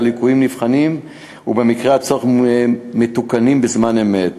הליקויים נבחנים ובמקרה הצורך מתוקנים בזמן אמת.